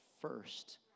first